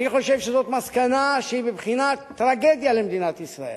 אני חושב שזאת מסקנה שהיא בבחינת טרגדיה למדינת ישראל,